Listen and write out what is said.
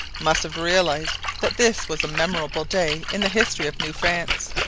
must have realized that this was a memorable day in the history of new france.